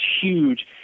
huge